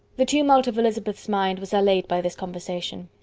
the tumult of elizabeth's mind was allayed by this conversation.